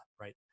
right